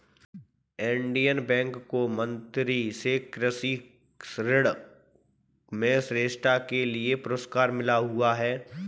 Indian bank को मंत्री से कृषि ऋण में श्रेष्ठता के लिए पुरस्कार मिला हुआ हैं